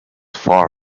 far